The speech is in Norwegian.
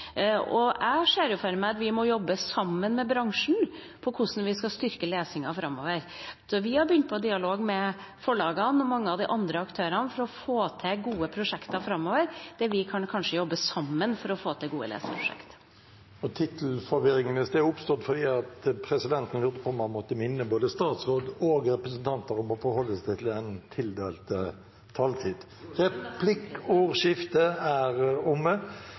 bibliotekstrategien. Jeg ser for meg at vi må jobbe sammen med bransjen om hvordan vi skal styrke lesingen framover, så vi har begynt på en dialog med forlagene og mange av de andre aktørene for å få til gode prosjekter framover, der vi kanskje kan jobbe sammen for å få til gode leseprosjekt. Tittelforvirringen i sted oppsto fordi presidenten lurte på om han måtte minne både statsråd og representanter om å forholde seg til den tildelte taletid. Replikkordskiftet er omme.